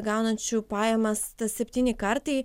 gaunančių pajamas tas septyni kartai